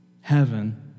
heaven